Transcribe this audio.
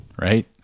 right